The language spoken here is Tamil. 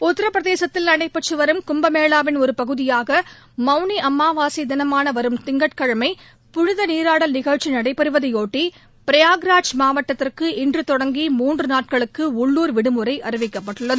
உத்திரபிரதேசத்தில் நடைபெற்று வரும் கும்பமேளாவின் ஒரு பகுதியாக மவுனி அமாவாசை தினமான வரும் திங்கட்கிழமை புனிதா நீராடல் நிகழ்ச்சி நடைபெறுவதையொட்டி ப்ரயாக்ராஜ் மாவட்டத்திற்கு இன்று தொடங்கி மூன்று நாட்களுக்கு உள்ளூர் விடுமுறை அறிவிக்கப்பட்டுள்ளது